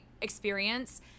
experience